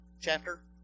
chapter